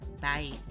bye